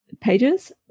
pages